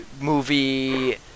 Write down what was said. movie